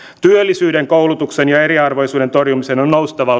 työllisyyden koulutuksen ja eriarvoisuuden torjumisen on noustava